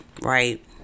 Right